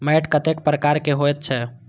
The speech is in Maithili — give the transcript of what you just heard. मैंट कतेक प्रकार के होयत छै?